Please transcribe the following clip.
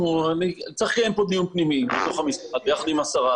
צריך לקיים פה דיון פנימי בתוך המשרד ביחד עם השרה.